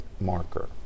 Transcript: marker